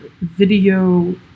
video